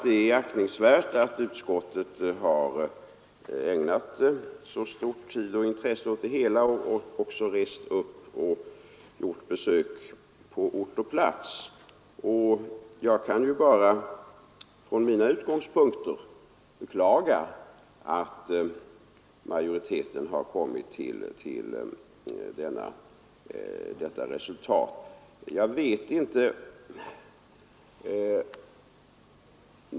Det är aktningsvärt att utskottet har ägnat så mycken tid och så stort intresse åt frågan samt gjort ett besök på ort och ställe. Från mina utgångspunkter kan jag bara beklaga att utskottsmajoriteten har kommit fram till detta sitt resultat.